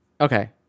okay